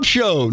Show